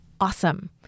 awesome